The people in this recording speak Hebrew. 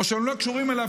או שהם לא קשורים אליו,